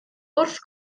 wrth